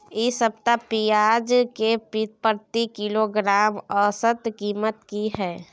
इ सप्ताह पियाज के प्रति किलोग्राम औसत कीमत की हय?